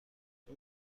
این